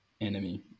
enemy